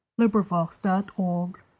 LibriVox.org